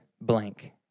blank